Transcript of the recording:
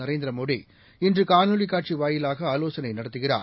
நரேந்திரமோடிஇன் றுகாணொளிக்காட்சிவாயிலாகஆலோசனைநடத்துகிறார்